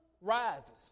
rises